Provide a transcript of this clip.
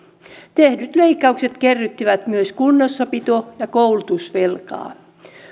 tehdyt leikkaukset kerryttivät myös kunnossapito ja koulutusvelkaa